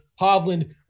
Hovland